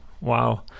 Wow